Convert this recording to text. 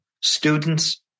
students